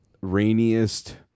rainiest